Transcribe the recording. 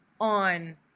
on